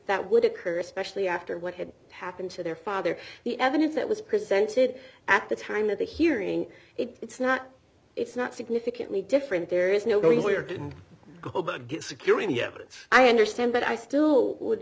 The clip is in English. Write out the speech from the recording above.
that would occur especially after what had happened to their father the evidence that was presented at the time of the hearing it's not it's not significantly different there is no where to go but get security yes i understand but i still would